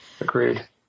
Agreed